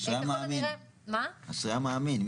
אשראי המאמין.